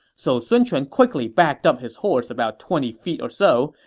so sun quan quickly backed up his horse about twenty feet or so,